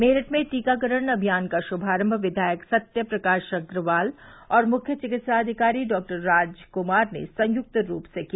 मेरठ में टीकाकरण अमियान का शुभारम्म विधायक सत्यप्रकाश अग्रवाल और मुख्य चिकित्साधिकारी डॉक्टर राजक्मार ने संयुक्त रूप किया